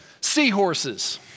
seahorses